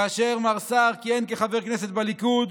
כאשר מר סער כיהן כחבר כנסת בליכוד,